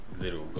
little